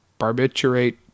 barbiturate